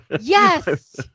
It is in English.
Yes